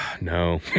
no